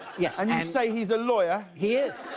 yeah i mean say he is a lawyer. he is.